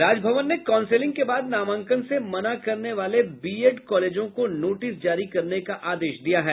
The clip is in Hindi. राजभवन ने काउंसिलिंग के बाद नामांकन से मना करने वाले बी एड कॉलेजों को नोटिस जारी करने का आदेश दिया है